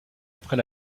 après